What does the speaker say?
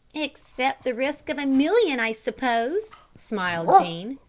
except the risk of a million, i suppose, smiled jean.